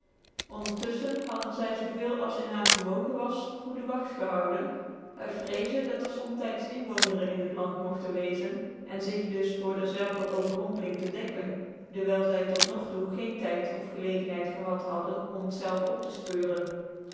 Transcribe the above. ondcrtuflchcn hadden zy zoo veel als in haar vermoog en was goede wagt gehouden uit vreeze dat er zomtyds inwoonderen in het land mogtcn wcezen en zig dus voor dcrzelvcr overrompeling tc dekken dewyl zy tot nog toe geen tyd of gclegcndheid gehad hadden om het zelve op te